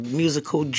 musical